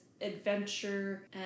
adventure